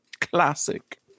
classic